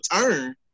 turn